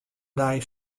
dei